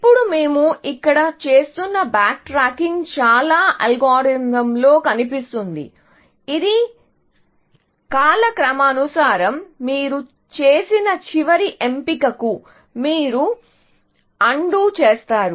ఇప్పుడు మేము ఇక్కడ చేస్తున్న బ్యాక్ట్రాకింగ్ చాలా అల్గోరిథంలో కనిపిస్తుంది ఇది కాలక్రమానుసారం మీరు చేసిన చివరి ఎంపికను మీరు అన్డు చేస్తారు